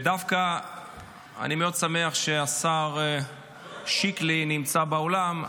ודווקא אני מאוד שמח שהשר שיקלי נמצא באולם.